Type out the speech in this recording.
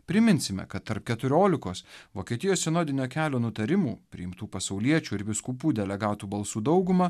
priminsime kad tarp keturiolikos vokietijos sinodinio kelio nutarimų priimtų pasauliečių ir vyskupų delegatų balsų dauguma